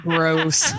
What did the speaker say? Gross